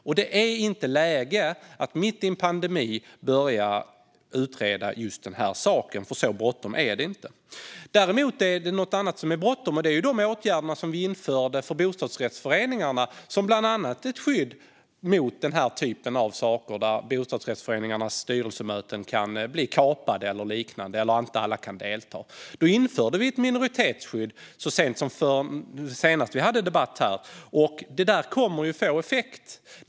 Men det är inte läge att mitt i en pandemi börja utreda just det här, för så bråttom är det inte. Däremot är det något annat som är bråttom, och det är de åtgärder som vi införde för bostadsrättföreningarna - bland annat ett skydd mot sådant som att bostadsrättsföreningarnas styrelsemöten blir kapade eller att inte alla kan delta. Vi införde ett minoritetsskydd så sent som senast vi hade debatt här, och det kommer att få effekt.